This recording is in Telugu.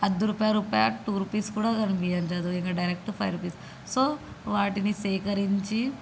అర్దు రూపాయ రూపాయ టూ రుపీస్ కూడా కనిపించదు ఇంక డైరెక్టర్ ఫైవ్ రుపీస్ సో వాటిని సేకరించి